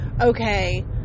okay